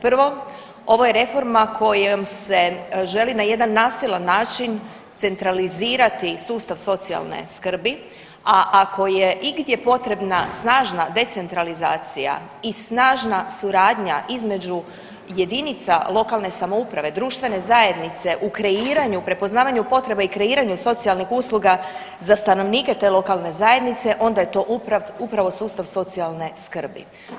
Prvo, ovo je reforma kojom se želi na jedan nasilan način centralizirati sustav socijalne skrbi, a ako je igdje potrebna snažna decentralizacija i snažna suradnja između jedinice lokalne samouprave, društvene zajednice u kreiranju, prepoznavanju potreba i kreiranju socijalnih usluga za stanovnike te lokalne zajednice onda je to upravo sustav socijalne skrbi.